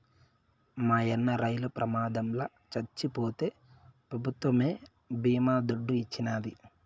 మాయన్న రైలు ప్రమాదంల చచ్చిపోతే పెభుత్వమే బీమా దుడ్డు ఇచ్చినాది